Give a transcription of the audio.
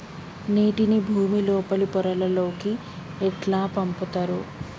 నీటిని భుమి లోపలి పొరలలోకి ఎట్లా పంపుతరు?